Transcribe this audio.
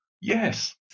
Yes